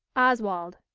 oswald.